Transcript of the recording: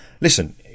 listen